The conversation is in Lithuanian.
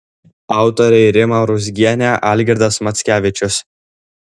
autoriai rima ruzgienė algirdas mackevičius